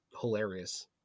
hilarious